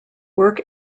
work